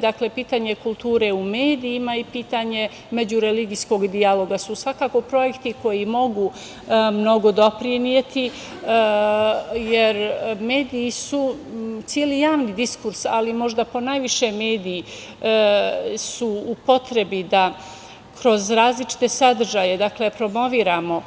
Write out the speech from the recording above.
Dakle, pitanje kulture u medijima i pitanje međureligijskog dijaloga su svakako projekti koji mogu mnogo doprineti, jer celi javni diskurs, ali možda ponajviše mediji su u potrebi da kroz različite sadržaje promovišu